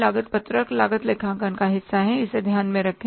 लागत पत्रक लागत लेखांकन का हिस्सा है इसे ध्यान में रखें